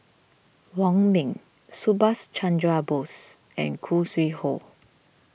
Wong Ming Subhas Chandra Bose and Khoo Sui Hoe